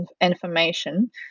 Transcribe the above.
information